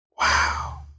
Wow